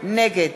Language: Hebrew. נגד